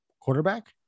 Quarterback